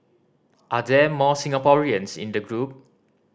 are there more Singaporeans in the group